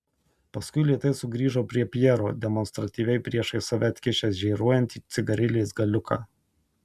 paskui lėtai sugrįžo prie pjero demonstratyviai priešais save atkišęs žėruojantį cigarilės galiuką